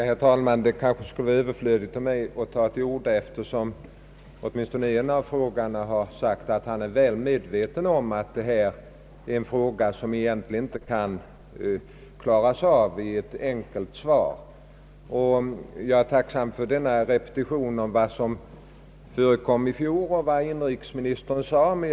Herr talman! Det kunde kanske vara överflödigt för mig att ta till orda, eftersom åtminstone en av frågeställarna har förklarat, att han är väl medveten 'om att den fråga vi nu behandlar egentligen inte kan klaras av i ett enkelt svar. Jag är tacksam för repetitionen av vad som har förekommit i år och av vad inrikesministern har sagt.